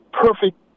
perfect